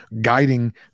guiding